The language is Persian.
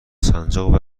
سنجاق